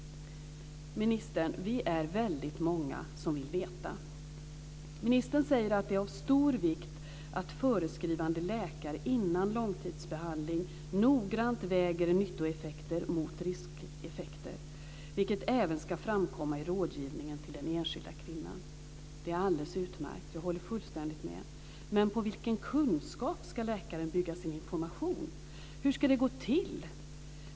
Ministern! Vi är väldigt många som vill veta. Ministern säger att det är av stor vikt att förskrivande läkare före långtidsbehandling noggrant väger nyttoeffekter mot riskeffekter, vilket även ska framkomma i rådgivningen till den enskilda kvinnan. Det är alldeles utmärkt. Jag håller fullständigt med. Men på vilken kunskap ska läkaren bygga sin information? Hur ska det gå till?